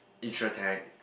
insure tech